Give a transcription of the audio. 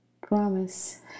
Promise